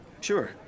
Sure